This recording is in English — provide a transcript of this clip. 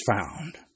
found